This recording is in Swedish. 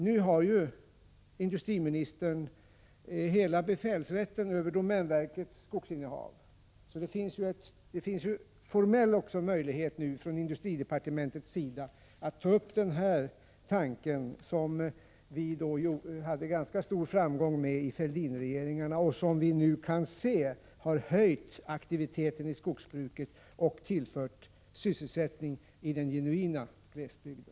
Nu har ju industriministern hela befälsrätten över domänverkets skogsinnehav, och då finns ju också den formella möjligheten för industridepartementet att ta upp den tanke som vi hade ganska stor framgång med i Fälldinregeringarna och som vi nu kan se har höjt aktiviteten i skogsbruket och skapat sysselsättning i den genuina glesbygden.